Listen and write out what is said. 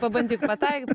pabandyk pataikyt